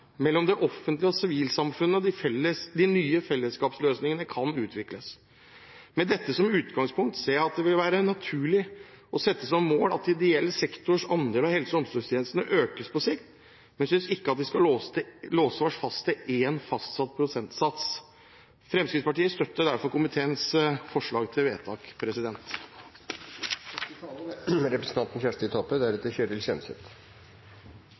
mellom det offentlige og sivilsamfunnet de nye fellesskapsløsningene kan utvikles. Med dette som utgangspunkt ser jeg at det vil være naturlig å sette som mål at ideell sektors andel av helse- og omsorgstjenestene økes på sikt, men synes ikke at vi skal låse oss fast i en fastsatt prosentsats. Fremskrittspartiet støtter derfor komiteens forslag til vedtak.